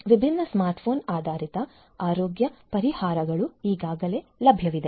ವಿಭಿನ್ನ smart phone ಆಧಾರಿತ ಆರೋಗ್ಯ ಪರಿಹಾರಗಳು ಈಗಾಗಲೇ ಲಭ್ಯವಿದೆ